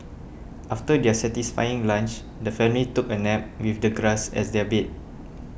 after their satisfying lunch the family took a nap with the grass as their bed